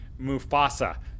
Mufasa